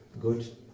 good